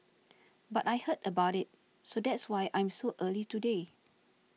but I heard about it so that's why I'm so early today